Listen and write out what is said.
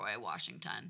Washington